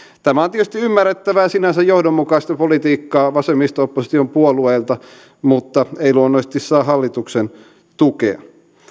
tämä on tietysti ymmärrettävää sinänsä johdonmukaista politiikkaa vasemmisto opposition puolueilta mutta ei luonnollisesti saa hallituksen tukea